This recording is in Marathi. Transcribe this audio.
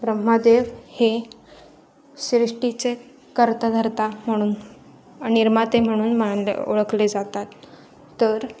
ब्रह्मदेव हे सृष्टीचे कर्ताधर्ता म्हणून निर्माते म्हणून मानले ओळखले जातात तर